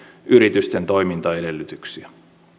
yritysten toimintaedellytyksiä